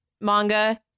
manga